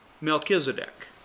Melchizedek